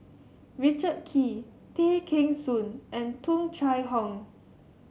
Richard Kee Tay Kheng Soon and Tung Chye Hong